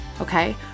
Okay